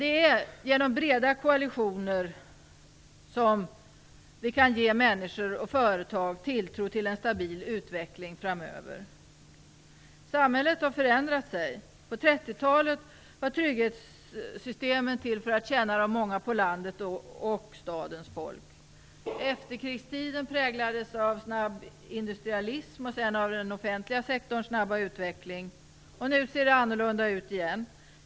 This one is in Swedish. Det är genom breda koalitioner som vi kan ge människor och företag tilltro till en stabil utveckling framöver. Samhället har förändrat sig. På 30-talet var trygghetssystemen till för att tjäna de många på landet och stadens folk. Efterkrigstiden präglades av snabb industrialism och den offentliga sektorns snabba utveckling. Nu ser det annorlunda ut igen.